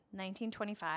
1925